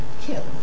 kill